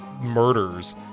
murders